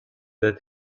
that